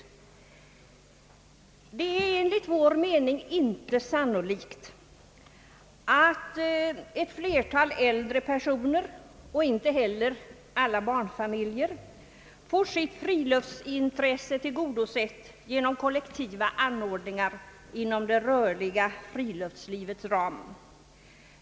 Det är enligt vår mening inte sannolikt att ett flertal äldre personer, och inte heller alla barnfamiljer, får sitt friluftsintresse tillgodosett genom kollektiva anordningar inom det rörliga friluftslivets ram.